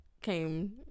came